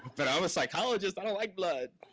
but i'm a psychologist, i don't like blood.